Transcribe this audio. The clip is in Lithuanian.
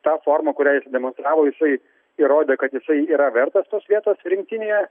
tą formą kurią jis demonstravo jisai įrodė kad jisai yra vertas tos vietos rinktinėje